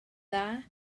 dda